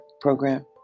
program